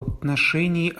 отношении